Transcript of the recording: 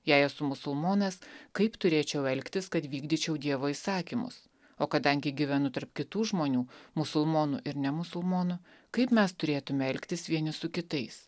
jei esu musulmonas kaip turėčiau elgtis kad vykdyčiau dievo įsakymus o kadangi gyvenu tarp kitų žmonių musulmonų ir ne musulmonų kaip mes turėtume elgtis vieni su kitais